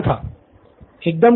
professor Bala एकदम ठीक